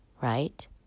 Right